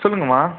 சொல்லுங்கம்மா